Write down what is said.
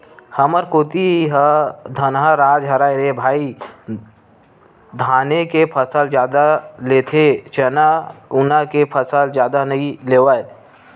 हमर कोती ह धनहा राज हरय रे भई धाने के फसल जादा लेथे चना उना के फसल जादा नइ लेवय